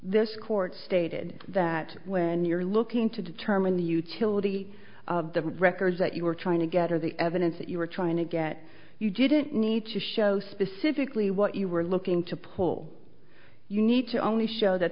this court stated that when you're looking to determine the utility of the records that you were trying to get or the evidence that you were trying to get you didn't need to show specifically what you were looking to pull you need to only show that